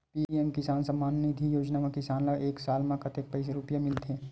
PM किसान सम्मान निधी योजना म किसान ल एक साल म कतेक रुपिया मिलथे?